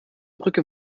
brücke